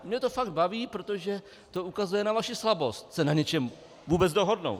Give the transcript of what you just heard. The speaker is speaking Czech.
Mě to fakt baví, protože to ukazuje vaši slabost se na něčem vůbec dohodnout.